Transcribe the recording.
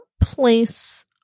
place